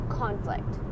conflict